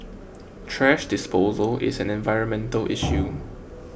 thrash disposal is an environmental issue